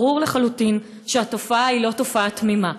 ברור לחלוטין שהתופעה היא לא תופעה תמימה.